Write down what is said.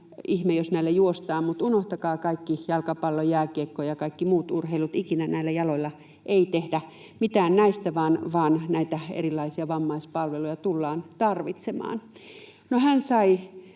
ihme, jos näillä juostaan, mutta unohtakaa jalkapallo, jääkiekko ja kaikki muut urheilut, ikinä näillä jaloilla ei tehdä mitään näistä, vaan näitä erilaisia vammaispalveluja tullaan tarvitsemaan. No, hän sai